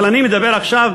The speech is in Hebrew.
אבל אני מדבר עכשיו,